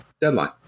deadline